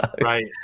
right